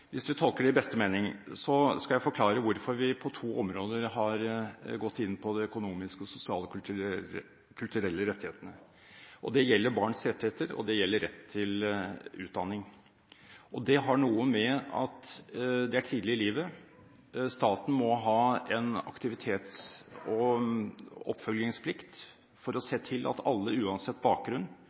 hvis man tolker det i beste mening, skal jeg forklare hvorfor vi på to områder har gått inn på de økonomiske, sosiale og kulturelle rettighetene. Det gjelder barns rettigheter, og det gjelder rett til utdanning. Det har noe å gjøre med at det er tidlig i livet. Staten må ha en aktivitets- og oppfølgingsplikt for å se til at alle, uansett bakgrunn,